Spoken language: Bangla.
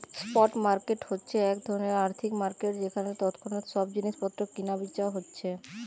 স্পট মার্কেট হচ্ছে এক ধরণের আর্থিক মার্কেট যেখানে তৎক্ষণাৎ সব জিনিস পত্র কিনা বেচা হচ্ছে